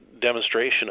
demonstration